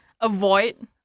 avoid